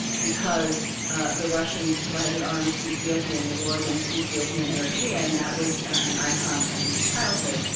because the russians provided arms to ethiopia in the war against ethiopia and eritrea, and that was an icon from his childhood.